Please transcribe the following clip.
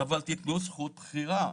אבל תתנו זכות בחירה.